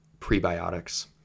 prebiotics